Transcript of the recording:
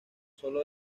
solo